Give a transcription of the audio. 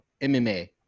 MMA